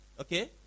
Okay